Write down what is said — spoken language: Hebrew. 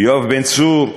יואב בן צור,